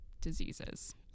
diseases